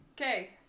Okay